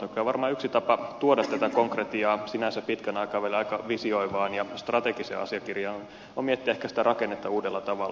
varmaan yksi tapa tuoda tätä konkretiaa sinänsä pitkän aikavälin aika visioivaan ja strategiseen asiakirjaan on miettiä sitä rakennetta uudella tavalla